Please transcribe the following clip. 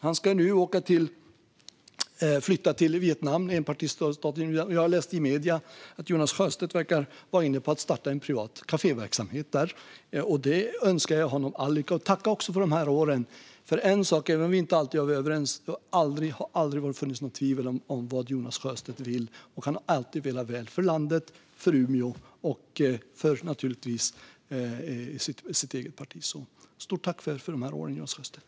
Han ska flytta till enpartistaten Vietnam, och jag läste i medierna att han verkar vara inne på att starta en privat kaféverksamhet där. Jag önskar honom all lycka med detta och tackar också för de här åren. Även om vi inte alltid varit överens har det aldrig funnits något tvivel om vad Jonas Sjöstedt vill, och han har alltid velat väl för landet, för Umeå och naturligtvis för sitt eget parti. Stort tack för de här åren, Jonas Sjöstedt!